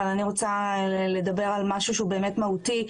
אבל אני רוצה לדבר על משהו שהוא באמת מהותי,